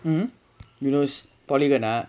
mmhmm polygon னா:naa